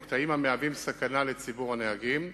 או קטעים המהווים סכנה לציבור הנהגים.